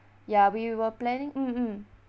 ya we were planning mm mm